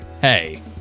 Hey